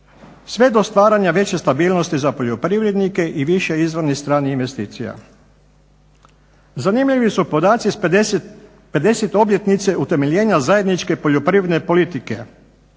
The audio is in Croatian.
sve do stvaranja veće stabilnosti za poljoprivrednike i više izvornih stranih investicija. Zanimljivi su podaci s 50. obljetnice utemeljenja zajedničke poljoprivredne politike.